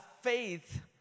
faith